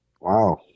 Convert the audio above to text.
wow